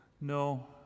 No